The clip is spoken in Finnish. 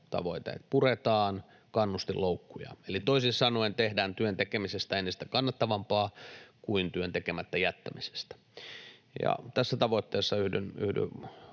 että puretaan kannustinloukkuja, eli toisin sanoen tehdään työn tekemisestä kannattavampaa kuin työn tekemättä jättämisestä. Tässä tavoitteessa yhdyn